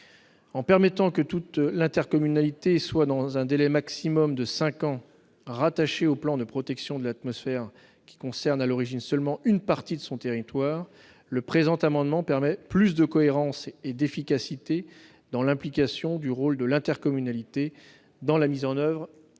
En permettant que toute l'intercommunalité soit, dans un délai maximal de cinq ans, rattachée au plan de protection de l'atmosphère qui concerne à l'origine seulement une partie de son territoire, le présent amendement permet, dans un souci de cohérence et d'efficacité, d'améliorer l'implication de l'intercommunalité dans la mise en oeuvre du PPA.